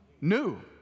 New